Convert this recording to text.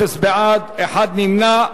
אפס בעד, אחד נמנע.